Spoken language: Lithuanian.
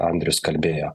andrius kalbėjo